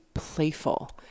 Playful